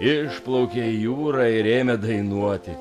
išplaukė į jūrą ir ėmė dainuoti